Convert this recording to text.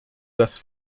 das